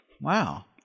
Wow